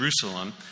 Jerusalem